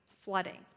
flooding